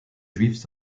juifs